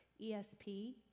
ESP